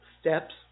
steps